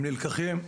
הם נלקחים,